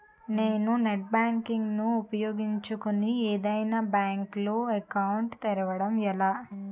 నేను net banking ను ఉపయోగించుకుని ఏదైనా బ్యాంక్ లో అకౌంట్ తెరవడం ఎలా?